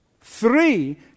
three